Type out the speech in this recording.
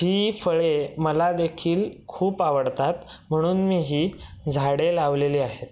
ही फळे मला देखील खूप आवडतात म्हणून मी ही झाडे लावलेली आहेत